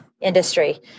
industry